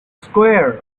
square